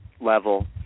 level